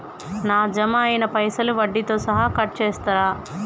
నా జమ అయినా పైసల్ వడ్డీతో సహా కట్ చేస్తరా?